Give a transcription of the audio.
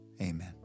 amen